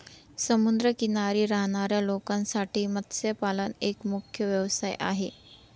समुद्र किनारी राहणाऱ्या लोकांसाठी मत्स्यपालन एक मुख्य व्यवसाय आहे